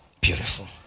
Beautiful